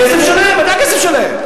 כסף שלהם, ודאי שהכסף שלהם.